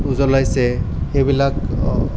উজলাইছে সেইবিলাক